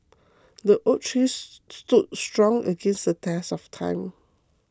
the oak tree stood strong against the test of time